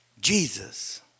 Jesus